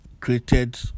created